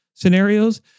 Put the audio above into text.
scenarios